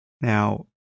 Now